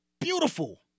beautiful